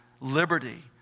liberty